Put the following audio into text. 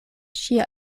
ŝia